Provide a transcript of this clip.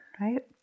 right